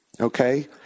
okay